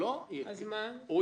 עבד אל חכים חאג'